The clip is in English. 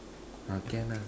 ah can lah